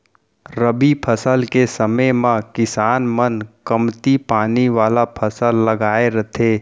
रबी फसल के समे म किसान मन कमती पानी वाला फसल लगाए रथें